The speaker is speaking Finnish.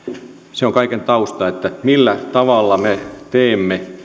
se on kaiken tausta millä tavalla me teemme